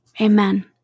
Amen